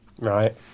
Right